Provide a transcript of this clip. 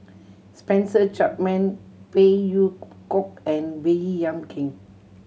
Spencer Chapman Phey Yew Kok and Baey Yam Keng